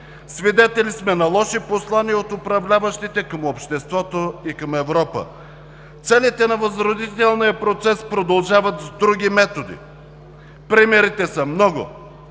Свидетели сме на лоши послания от управляващите към обществото и към Европа. Целите на възродителния процес продължават с други методи. Примерите са много.